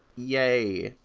yay!